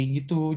Gitu